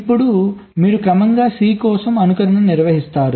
ఇప్పుడు మీరు క్రమంగా C కోసం అనుకరణను నిర్వహిస్తారు